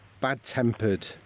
bad-tempered